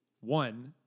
One